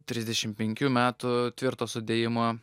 trisdešim penkių metų tvirto sudėjimo